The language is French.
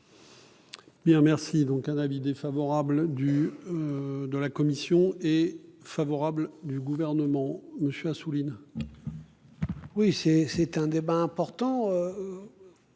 Bien merci donc un avis défavorable du. De la commission est favorable du gouvernement, monsieur Assouline. Oui c'est, c'est un débat important.